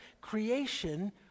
creation